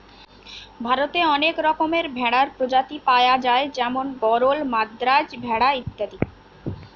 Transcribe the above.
ভারতে অনেক রকমের ভেড়ার প্রজাতি পায়া যায় যেমন গরল, মাদ্রাজ ভেড়া ইত্যাদি